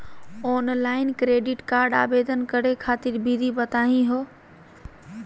Online credit card आवेदन करे खातिर विधि बताही हो?